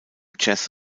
jazz